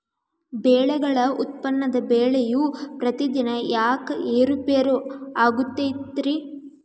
ಬೆಳೆಗಳ ಉತ್ಪನ್ನದ ಬೆಲೆಯು ಪ್ರತಿದಿನ ಯಾಕ ಏರು ಪೇರು ಆಗುತ್ತೈತರೇ?